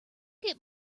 get